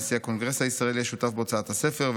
נשיא הקונגרס הישראלי השותף בהוצאת הספר,